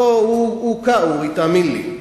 לא, הוא הוכה, אורי, תאמין לי.